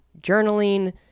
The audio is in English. journaling